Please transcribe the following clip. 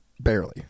Barely